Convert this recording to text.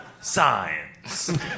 Science